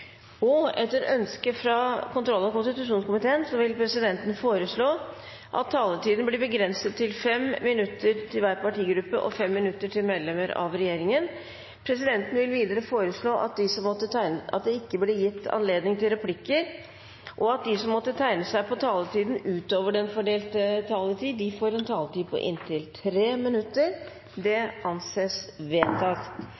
vedtatt. Etter ønske fra kontroll- og konstitusjonskomiteen vil presidenten foreslå at taletiden blir begrenset til 5 minutter til hver partigruppe og 5 minutter til medlemmer av regjeringen. Videre vil presidenten foreslå at det ikke blir gitt anledning til replikker, og at de som måtte tegne seg på talerlisten utover den fordelte taletid, får en taletid på inntil 3 minutter.